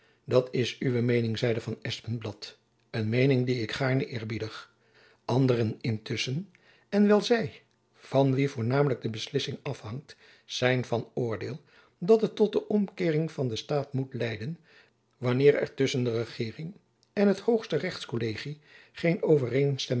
dat is uwe meening zeide van espenblad een meening die ik gaarne eerbiedig anderen intusschen en wel zy van wie voornamelijk de beslissing afhangt zijn van oordeel dat het tot de omkeering van den staat moet leiden wanneer er tusschen jacob van lennep elizabeth musch de regeering en het hoogste rechts kollegie geen